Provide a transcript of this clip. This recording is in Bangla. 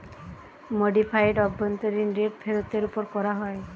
মডিফাইড অভ্যন্তরীন রেট ফেরতের ওপর করা হয়